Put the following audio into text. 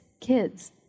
kids